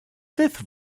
fifth